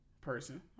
person